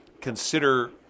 consider